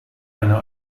eine